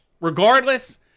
regardless